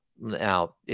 Now